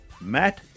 Matt